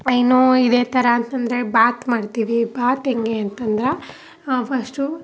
ಇನ್ನೂ ಇದೇ ಥರ ಅಂತ ಅಂದ್ರೆ ಬಾತ್ ಮಾಡ್ತೀವಿ ಬಾತ್ ಹೆಂಗೆ ಅಂತಂದ್ರೆ ಫಸ್ಟು